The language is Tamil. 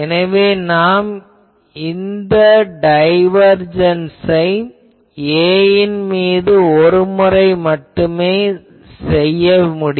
எனவே நாம் இந்த டைவர்ஜென்ஸ் ஐ A ன் மீது ஒருமுறை மட்டும் செய்ய வேண்டும்